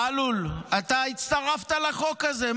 מלול, אתה הצטרפת לחוק הזה.